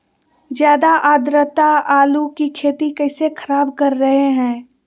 ज्यादा आद्रता आलू की खेती कैसे खराब कर रहे हैं?